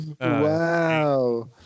Wow